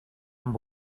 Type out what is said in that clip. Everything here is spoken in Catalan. amb